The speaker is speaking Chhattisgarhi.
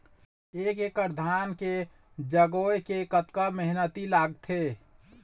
एक एकड़ म धान के जगोए के कतका मेहनती लगथे?